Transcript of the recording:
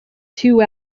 two